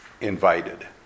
invited